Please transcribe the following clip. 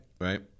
Right